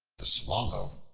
the swallow,